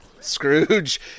Scrooge